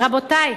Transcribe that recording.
רבותי,